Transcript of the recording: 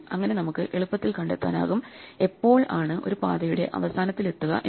അങ്ങനെ നമുക്ക് എളുപ്പത്തിൽ കണ്ടെത്താനാകും എപ്പോൾ ആണ് ഒരു പാതയുടെ അവസാനത്തിലെത്തുക എന്ന്